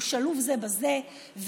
הם שלובים זה בזה,